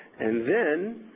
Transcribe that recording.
and then,